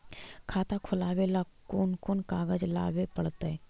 खाता खोलाबे ल कोन कोन कागज लाबे पड़तै?